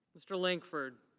mr. langford.